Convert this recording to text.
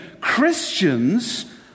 Christians